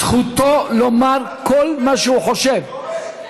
זכותו לומר כל מה שהוא חושב.